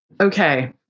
Okay